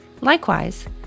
Likewise